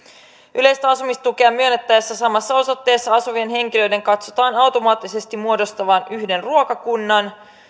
yleistä asumistukea myönnettäessä samassa osoitteessa asuvien henkilöiden katsotaan automaattisesti muodostavan yhden ruokakunnan